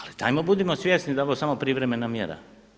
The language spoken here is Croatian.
Ali dajmo budimo svjesni da je ovo samo privremena mjera.